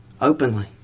openly